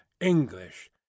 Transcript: English